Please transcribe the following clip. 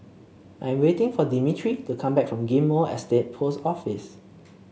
I'm waiting for Demetri to come back from Ghim Moh Estate Post Office